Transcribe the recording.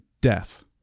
death